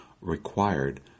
required